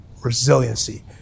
Resiliency